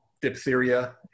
diphtheria